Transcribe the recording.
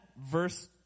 verse